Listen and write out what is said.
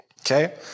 okay